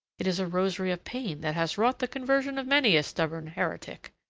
it is a rosary of pain that has wrought the conversion of many a stubborn heretic.